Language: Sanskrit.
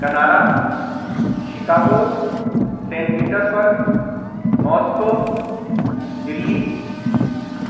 Canada Chicago Saint Petersburg Moscow Delhi